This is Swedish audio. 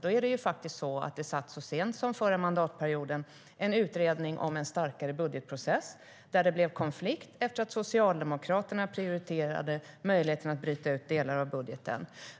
Det är faktiskt så att det så sent som under den förra mandatperioden satt en utredning om en starkare budgetprocess, där det blev konflikt efter att Socialdemokraterna prioriterat möjligheterna att bryta ut delar av budgeten.